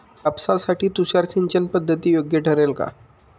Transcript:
कापसासाठी तुषार सिंचनपद्धती योग्य ठरेल का?